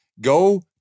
Go